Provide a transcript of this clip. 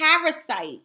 parasite